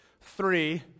three